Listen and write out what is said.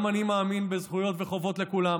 גם אני מאמין בזכויות ובחובות לכולם,